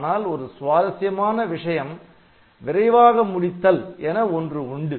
ஆனால் ஒரு சுவாரசியமான விஷயம் "விரைவாக முடித்தல்" என ஒன்று உண்டு